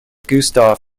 gustav